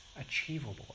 achievable